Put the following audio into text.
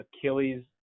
Achilles